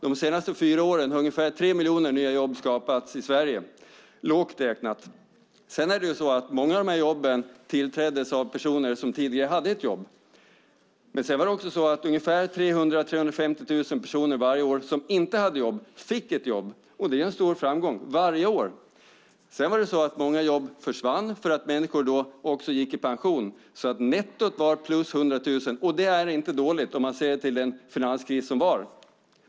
De senaste fyra åren har ungefär tre miljoner nya jobb skapats i Sverige, lågt räknat. Sedan tillträddes många av de här jobben av personer som tidigare hade ett jobb. Men det var också ungefär 300 000-350 000 personer varje år som inte hade jobb som fick ett jobb, och det är en stor framgång. Sedan försvann många jobb för att människor gick i pension. Så nettot var plus 100 000. Och det är inte dåligt om man ser till den finanskris som var.